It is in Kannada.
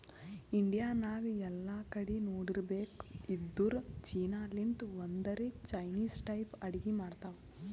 ಇಂಡಿಯಾ ನಾಗ್ ಎಲ್ಲಾ ಕಡಿ ನೋಡಿರ್ಬೇಕ್ ಇದ್ದೂರ್ ಚೀನಾ ಲಿಂತ್ ಬಂದೊರೆ ಚೈನಿಸ್ ಟೈಪ್ ಅಡ್ಗಿ ಮಾಡ್ತಾವ್